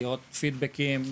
לראות פידבקים,